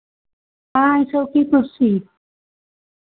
पाँच सौ की कुर्सी